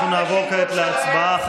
אנחנו נעבור כעת להצבעה.